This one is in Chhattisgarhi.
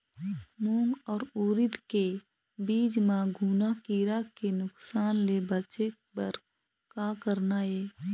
मूंग अउ उरीद के बीज म घुना किरा के नुकसान ले बचे बर का करना ये?